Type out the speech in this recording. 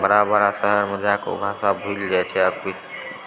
बड़ा बड़ा शहरमे जाके ओ भाषा भूलि जाइत छै